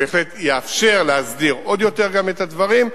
בהחלט יאפשר להסדיר עוד יותר גם את הדברים.